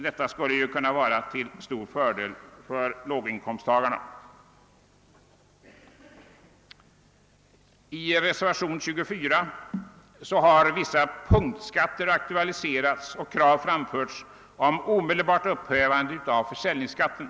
Detta skulle nämligen kunna vara till stor fördel för låginkomsttagarna. I reservationen 24 har vissa punktskatter aktualiserats och krav framförts om omedelbart upphävande av försäljningsskatten.